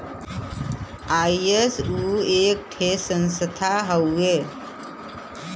ISO एक ठे संस्था हउवे